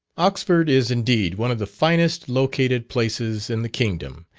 oxford is indeed one of the finest located places in the kingdom,